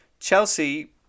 Chelsea